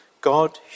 God